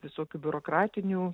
visokių biurokratinių